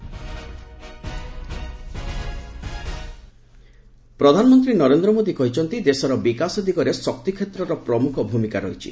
PM ଏନଜି ପ୍ରଧାନମନ୍ତ୍ରୀ ନରେନ୍ଦ୍ର ମୋଦି କହିଛନ୍ତି ଦେଶର ବିକାଶ ଦିଗରେ ଶକ୍ତି କ୍ଷେତ୍ରର ପ୍ରମୁଖ ଭୂମିକା ରହିଛି